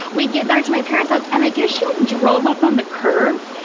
we get back to my parents' house, and i guess she like drove up on the curb,